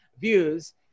views